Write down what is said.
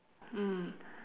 mm